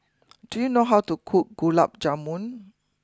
do you know how to cook Gulab Jamun